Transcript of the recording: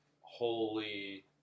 holy